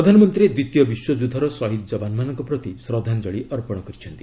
ପ୍ରଧାନମନ୍ତ୍ରୀ ଦ୍ୱିତୀୟ ବିଶ୍ୱଯୁଦ୍ଧର ସହିଦ୍ ଯବାନମାନଙ୍କ ପ୍ରତି ଶ୍ରଦ୍ଧାଞ୍ଜଳୀ ଅର୍ପଣ କରିଛନ୍ତି